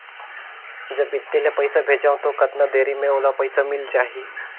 जब इत्ते ले पइसा भेजवं तो कतना देरी मे ओला पइसा मिल जाही?